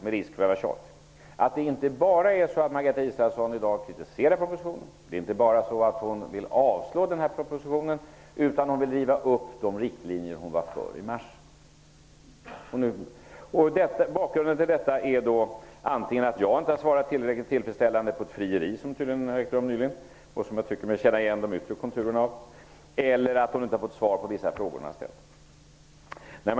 Med risk för att vara tjatig vill jag säga att Margareta Israelsson inte bara kritiserar propositionen. Hon vill inte bara avslå propositionen. Hon vill riva upp de riktlinjer som hon var för i mars. Bakgrunden till detta är antingen att jag inte har svarat tillräckligt tillfredsställande på ett frieri som tydligen har ägt rum nyligen och som jag tycker mig känna igen de yttre konturerna av eller att hon inte har fått svar på vissa frågor som hon har ställt.